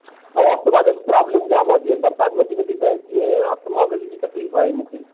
ऐं अस्थमा में बि प्रॉब्लम जाम आहे जीअं बरसाति वधीक थी पए तीअं अस्थमा में बि तकलीफ़ आहे मूंखे